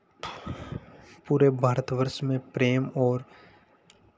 पूरे भारतवर्ष में प्रेम और